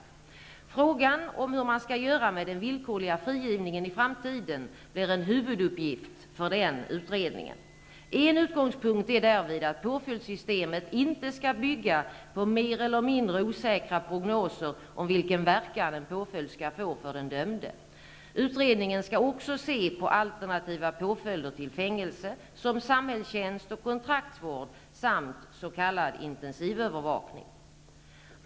Frågan om hur man skall göra med den villkorliga frigivningen i framtiden blir en huvuduppgift för den utredningen. En utgångspunkt är därvid att påföljdssystemet inte skall bygga på mer eller mindre osäkra prognoser om vilken verkan en påföljd skall få för den dömde. Utredningen skall också se på alternativa påföljder till fängelse som samhällstjänst och kontraktsvård samt s.k. intensivövervakning.